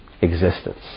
existence